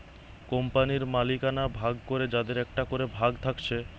কোম্পানির মালিকানা ভাগ করে যাদের একটা করে ভাগ থাকছে